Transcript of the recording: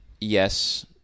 yes